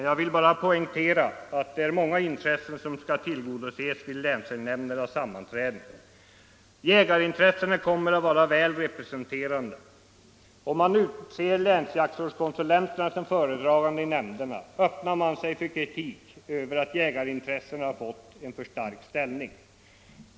Jag vill bara poängtera att det är många intressen som skall tillgodoses vid en länsälgnämnds sammanträden. Jägarintressena kommer att vara väl representerade. Om man utser länsjaktvårdskonsulenterna till föredragande i nämnderna, öppnar man sig för kritik mot att jägarintressena fått en för stark ställning.